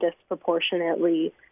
disproportionately